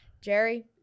Jerry